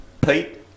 Pete